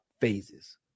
phases